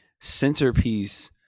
centerpiece